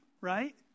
right